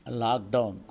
lockdown